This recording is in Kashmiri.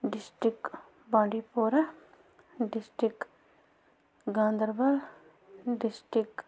district Bandipora district Ganderbal district